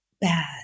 bad